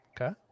Okay